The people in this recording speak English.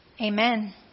Amen